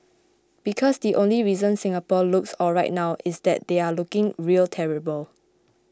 because the only reason Singapore looks alright now is that they are looking real terrible